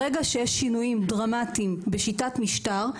ברגע שיש שינויים דרמטיים בשיטת משטר,